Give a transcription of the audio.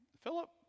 Philip